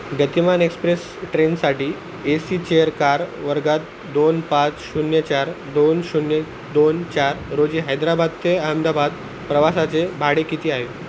गतिमान एक्सप्रेस ट्रेनसाठी A C chair car वर्गात दोन पाच शून्य चार दोन शून्य दोन चार रोजी हैदराबाद ते अहमदाबाद प्रवासाचे भाडे किती आहे